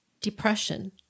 depression